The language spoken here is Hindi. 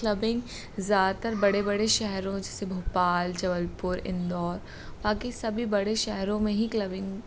क्लबिंग ज़्यादातर बड़े बड़े शहरों जैसे भोपाल जबलपुर इंदौर बाकी सभी बड़े शहरों में ही क्लबिंग